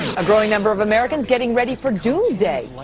a growing number of americans getting ready for doomsday. like